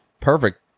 Perfect